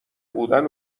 بودن